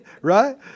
Right